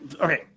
okay